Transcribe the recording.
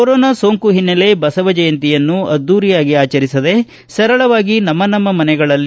corona ಸೋಂಕು ಹಿನ್ನೆಲೆ ಬಸವ ಜಯಂತಿಯನ್ನು ಅದ್ದೂರಿಯಾಗಿ ಆಚರಿಸದೆ ಸರಳವಾಗಿ ನಮ್ಮ ನಮ್ಮ ಮನೆಗಳಲ್ಲಿ